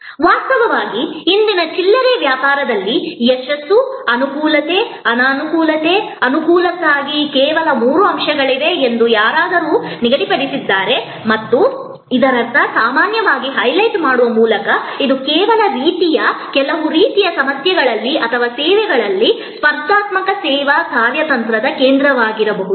ವಾಸ್ತವವಾಗಿ ಇಂದಿನ ಚಿಲ್ಲರೆ ವ್ಯಾಪಾರದಲ್ಲಿ ಯಶಸ್ಸು ಅನುಕೂಲತೆ ಅನುಕೂಲತೆ ಅನುಕೂಲಕ್ಕಾಗಿ ಕೇವಲ ಮೂರು ಅಂಶಗಳಿವೆ ಎಂದು ಯಾರಾದರೂ ನಿಗದಿಪಡಿಸಿದ್ದಾರೆ ಮತ್ತು ಇದರರ್ಥ ಸಾಮಾನ್ಯವಾಗಿ ಹೈಲೈಟ್ ಮಾಡುವ ಮೂಲಕ ಇದು ಕೆಲವು ರೀತಿಯ ಸೇವೆಗಳಲ್ಲಿ ಸ್ಪರ್ಧಾತ್ಮಕ ಸೇವಾ ಕಾರ್ಯತಂತ್ರದ ಕೇಂದ್ರವಾಗಬಹುದು